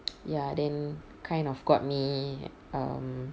ya then kind of got me um